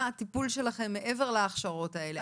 מה הטיפול שלכם מעבר להכשרות האלה?